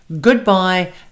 goodbye